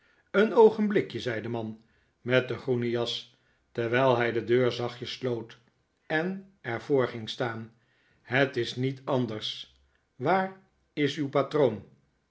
een oogenblikje zei de man met de groene jas terwijl hij de deur zachtjes sloot en er voor ging staan het is niet anders waar is uw patroon